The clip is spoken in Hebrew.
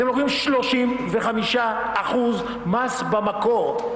אתם לוקחים 35% מס במקור.